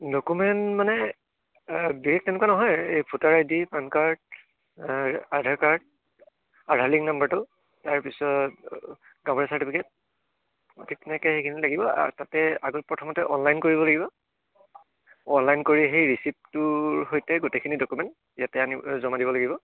document মানে বিশেষ তেনেকুৱা নহয় এই voter I D PAN card Aadhaar card Aadhaar link নাম্বাৰটো তাৰপিছত বাৰ্থ চাৰ্টিফিকেট তেনেকে সেইখিনি লাগিব আৰু তাতে আগ প্ৰথমতে অনলাইন কৰিব লাগিব অনলাইন কৰি সেই ৰিচিপ্টটোৰ সৈতে গোটেইখিনি ডকুমেণ্ট ইয়াতে আনি জমা দিব লাগিব